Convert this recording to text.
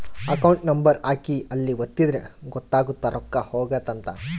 account number ಹಾಕಿ ಅಲ್ಲಿ ಒತ್ತಿದ್ರೆ ಗೊತ್ತಾಗುತ್ತ ರೊಕ್ಕ ಹೊಗೈತ ಅಂತ